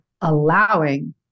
allowing